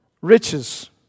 riches